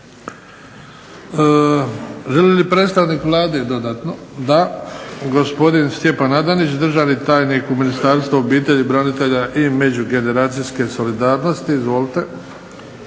Želi li predstavnik Vlade dodatno? Da. Gospodin Stjepan Adanić, državni tajnik u Ministarstvu obitelji, branitelja i međugeneracijske solidarnosti. Izvolite.